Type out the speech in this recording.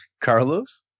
Carlos